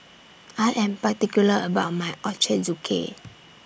I Am particular about My Ochazuke